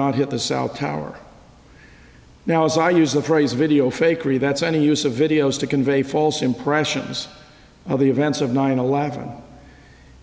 not hit the south tower now as i use the phrase video fakery that's any use of videos to convey false impressions of the events of nine eleven